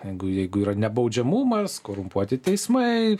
jeigu jeigu yra nebaudžiamumas korumpuoti teismai